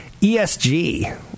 ESG